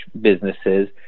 businesses